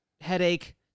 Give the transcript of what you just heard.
headache